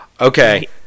Okay